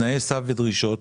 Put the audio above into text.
תנאי סף ודרישות,